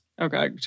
Okay